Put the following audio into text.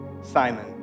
Simon